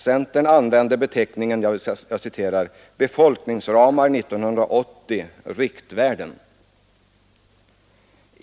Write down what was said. Centern använder beteckningen ”befolkningsramar 1980 — riktvärden”.